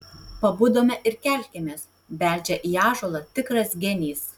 pabudome ir kelkimės beldžia į ąžuolą tikras genys